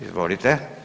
Izvolite.